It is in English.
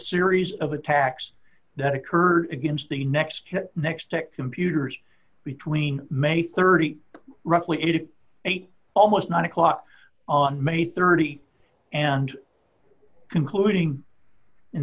series of attacks that occurred against the next next to computers between may thirty roughly eighty eight almost one o'clock on may thirty and concluding in